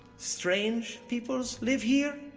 strange peoples live here,